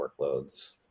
workloads